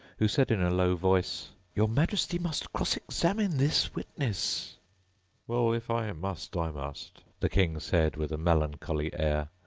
who said in a low voice, your majesty must cross-examine this witness well, if i must, i must the king said, with a melancholy air,